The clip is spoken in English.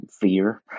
fear